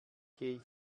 gehe